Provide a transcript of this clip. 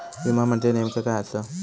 विमा म्हणजे नेमक्या काय आसा?